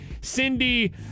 Cindy